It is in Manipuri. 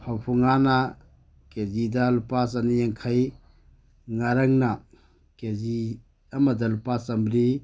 ꯐꯥꯕꯧ ꯉꯥꯅ ꯀꯦꯖꯤꯗ ꯂꯨꯄꯥ ꯆꯅꯤ ꯌꯥꯡꯈꯩ ꯉꯥꯔꯪꯅ ꯀꯦꯖꯤ ꯑꯃꯗ ꯂꯨꯄꯥ ꯆꯃꯔꯤ